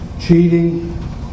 cheating